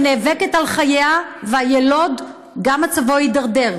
היא נאבקת על חייה, והיילוד, גם מצבו הידרדר.